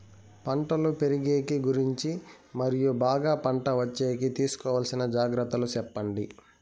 పంటలు పెరిగేకి గురించి మరియు బాగా పంట వచ్చేకి తీసుకోవాల్సిన జాగ్రత్త లు సెప్పండి?